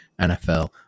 NFL